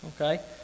okay